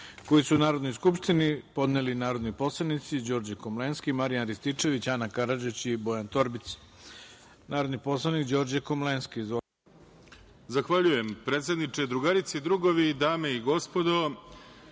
koji su Narodnoj skupštini podneli narodni poslanici Đorđe Komlenski, Marijan Rističević, Ana Karadžić i Bojan Torbica. Reč ima narodni poslanik Đorđe Komlenski. Izvolite.